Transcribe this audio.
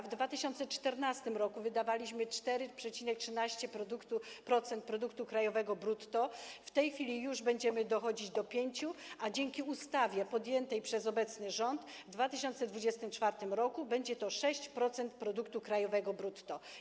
W 2014 r. wydawaliśmy 4,13% produktu krajowego brutto, w tej chwili już będziemy dochodzić do 5%, a dzięki ustawie podjętej przez obecny rząd w 2024 r. będzie to 6% produktu krajowego brutto.